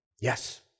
Yes